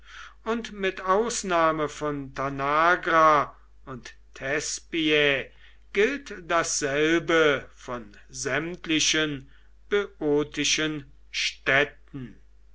und mit ausnahme von tanagra und thespiae gilt dasselbe von sämtlichen böotischen städten